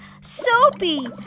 soapy